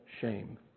shame